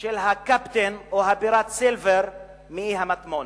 של הקפטן או הפיראט סילבר מ"אי המטמון".